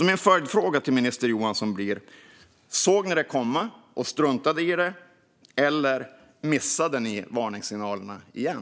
Min följdfråga till minister Johansson blir därför: Såg ni det komma och struntade i det, eller missade ni varningssignalerna igen?